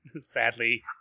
sadly